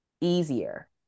easier